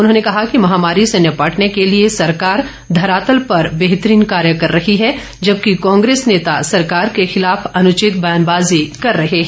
उन्होंने कहा कि महामारी से निपटने के लिए सरकार धरातल पर बेहतरीन कार्य कर रही है जबकि कांग्रेस नेता सरकार के खिलाफ अनुचित बयानबाजी कर रहे हैं